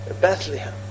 Bethlehem